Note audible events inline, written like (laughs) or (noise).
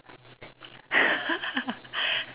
(laughs)